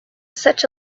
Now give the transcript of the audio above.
such